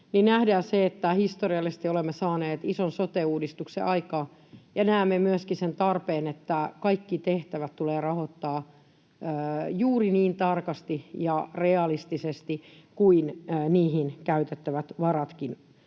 nähdään se, että historiallisesti olemme saaneet ison sote-uudistuksen aikaan ja näemme myöskin sen tarpeen, että kaikki tehtävät tulee rahoittaa juuri niin tarkasti ja realistisesti kuin niihin käytettävät varatkin.